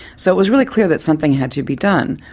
so it was really clear that something had to be done,